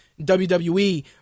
WWE